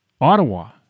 Ottawa